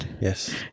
Yes